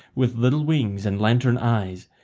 with little wings and lantern eyes,